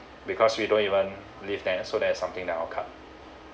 because we don't even live there so there's something that I'll cut